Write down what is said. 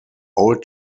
old